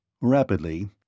Rapidly